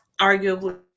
arguably